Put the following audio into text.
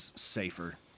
safer